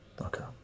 Okay